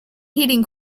heating